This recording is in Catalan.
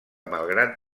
malgrat